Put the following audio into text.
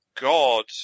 God